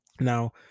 Now